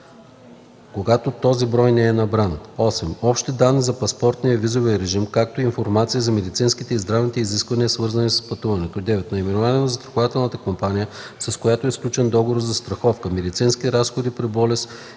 когато този брой не е набран; 8. общи данни за паспортния и визовия режим, както и информация за медицинските и здравните изисквания, свързани с пътуването; 9. наименование на застрахователната компания, с която е сключен договорът за застраховка „медицински разходи при болест